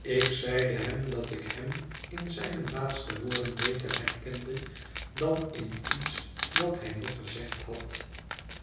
ik zeide hem dat ik hem in zijne laatste woorden beter herkende dan in iets dat hij nog gezegd had